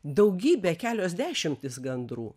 daugybė kelios dešimtys gandrų